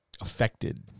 affected